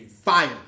Fire